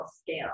scale